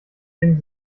den